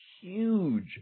huge